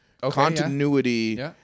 Continuity